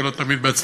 ולא תמיד בהצלחה,